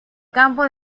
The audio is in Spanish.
campo